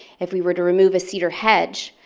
if we were to remove a cedar hedge,